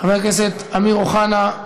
חבר הכנסת אמיר אוחנה,